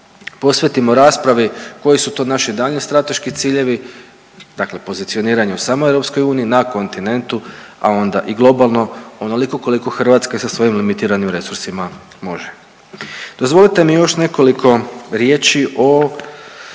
posvetimo raspravi koji su to naši daljnji strateški ciljevi, dakle pozicioniranje u samoj EU, na kontinentu, a onda i globalno onoliko koliko Hrvatska sa svojim limitiranim resursima može. Dozvolite mi još nekoliko riječi o